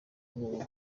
nkuru